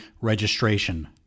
registration